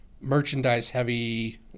merchandise-heavy